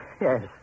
Yes